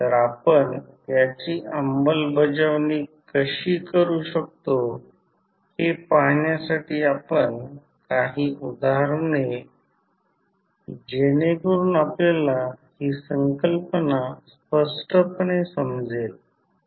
तर आपण याची अंमलबजावणी कशी करू शकतो हे पाहण्यासाठी आपण काही उदाहरणे घेऊ जेणेकरून आपल्याला ही संकल्पना स्पष्टपणे समजेल